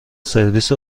سرویس